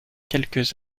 quelques